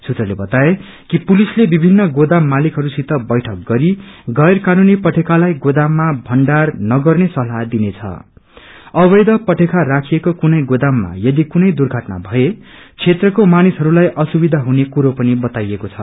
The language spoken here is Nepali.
सुत्रले बताए कि पुलिसले विभिन्न गोदाम मालिकहरूसित बैठक गरी गैर कानूनी पटेकाहरूलाई गोदामहरूमा भण्डार नगर्ने सल्लाह दिनेछं अवेध पटेका राखिएको कुनै गोदाममा यदि कुनै दुर्घटना भए सबै क्षेत्रको मानिसहरूलाई असुविधा हुने कुरो पनि बाताइएको छ